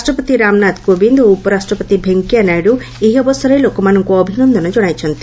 ରାଷ୍ଟ୍ରପତି ରାମନାଥ କୋବିନ୍ଦ ଓ ଉପରାଷ୍ଟ୍ରପତି ଭେଙ୍କିୟା ନାଇଡୁ ଏହି ଅବସରରେ ଲୋକମାନଙ୍କୁ ଅଭିନନ୍ଦନ ଜଣାଇଛନ୍ତି